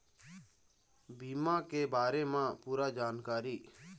बीमा के बारे म पूरा जानकारी?